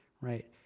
right